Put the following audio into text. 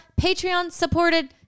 Patreon-supported